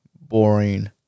boring